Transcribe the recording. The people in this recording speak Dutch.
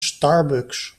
starbucks